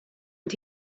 and